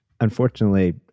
unfortunately